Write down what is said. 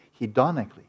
hedonically